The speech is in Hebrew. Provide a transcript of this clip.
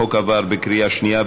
החוק התקבל בקריאה שנייה.